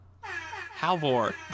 Halvor